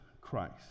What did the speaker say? Christ